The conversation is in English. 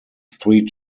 three